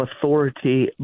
authority